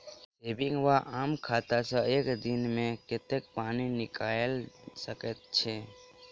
Saving वा आम खाता सँ एक दिनमे कतेक पानि निकाइल सकैत छी?